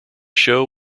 show